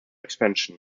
expansion